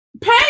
Pay